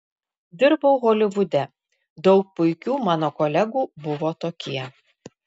dirbau holivude daug puikių mano kolegų buvo tokie